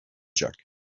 jug